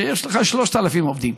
שיש לך 3,000 עובדים,